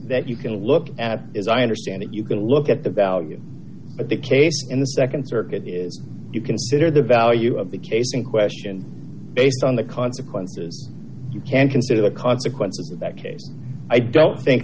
that you can look at it i understand it you can look at the value but the case in the nd circuit is you consider the value of the case in question based on the consequences you can consider the consequences in that case i don't think